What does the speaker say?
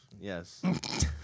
Yes